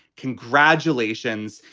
congratulations.